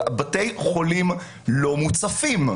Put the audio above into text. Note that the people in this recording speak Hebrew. אבל בתי החולים לא מוצפים.